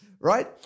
Right